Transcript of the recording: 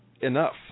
enough